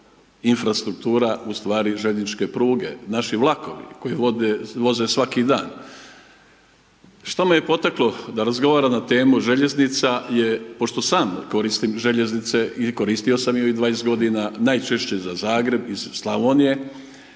infrastruktura ustvari željezničke pruga, naši vlakovi koji voze svaki dan. Što me je potaklo da razgovaram na temu željeznica je pošto sam koristim željeznice i koristio sam ih već 20 g., najčešće za Zagreb iz Slavonije,